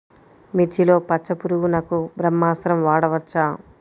మిర్చిలో పచ్చ పురుగునకు బ్రహ్మాస్త్రం వాడవచ్చా?